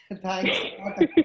thanks